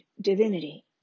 divinity